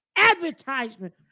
Advertisement